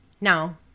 Now